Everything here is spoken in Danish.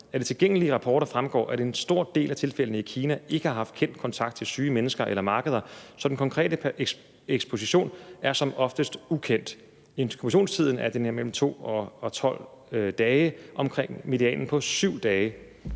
Af de tilgængelige rapporter fremgår, at en stor del af tilfældene i Kina ikke har haft kendt kontakt til syge mennesker eller markeder, så den konkrete eksposition er som oftest ukendt. Inkubationstiden angives at være mellem 2 og 12 dage omkring medianen på 7 dage.